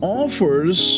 offers